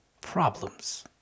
problems